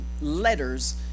letters